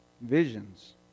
visions